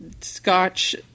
scotch